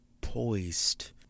poised